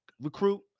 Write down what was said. recruit